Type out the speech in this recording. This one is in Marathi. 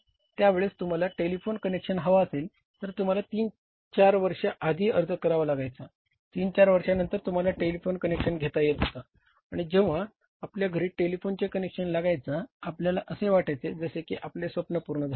त्यावेळेस तुम्हाला टेलिफोन कनेक्शन हवा असेल तर तुम्हाला तीन चार वर्षे आधी अर्ज करावा लागायचा तीन चार वर्षानंतर तुम्हाला टेलिफोन कनेक्शन घेता येत होता आणि जेंव्हा आपल्या घरी टेलिफोन कनेक्शन लागायचा आपल्याला असे वाटायचे जसे की आपले स्वपन पूर्ण झाला आहे